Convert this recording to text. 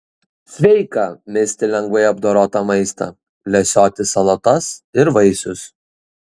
sveika misti lengvai apdorotą maistą lesioti salotas ir vaisius